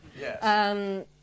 Yes